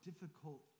difficult